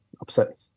upset